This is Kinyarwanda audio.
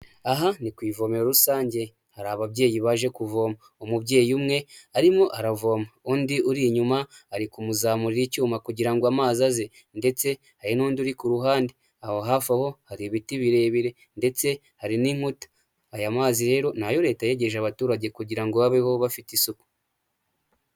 Aha ni ku ivomero rusange hari ababyeyi baje kuvoma, umubyeyi umwe arimo aravoma undi uri inyuma ari kumuzamurira icyuma kugira ngo amazi aze ndetse hari n'undi uri ku ruhande. Aho hafi aho hari ibiti birebire ndetse hari n'inkuta, aya mazi rero nayo leta yegereje abaturage kugira ngo babeho bafite isuku.